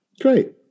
great